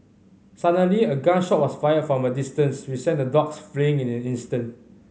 suddenly a gun shot was fired from a distance which sent the dogs fleeing in an instant